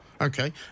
Okay